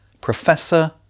Professor